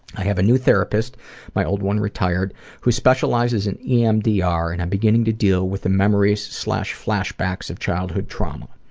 i have a new therapist my old one retired who specializes in emdr, and i'm beginning to deal with the memories flashbacks of childhood trauma.